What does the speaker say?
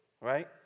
right